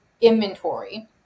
inventory